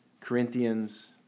Corinthians